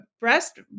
breast